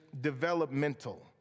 developmental